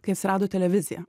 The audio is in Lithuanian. kai atsirado televizija